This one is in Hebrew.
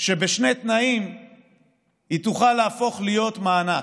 שבשני תנאים היא תוכל להפוך להיות מענק: